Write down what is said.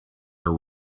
are